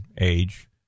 age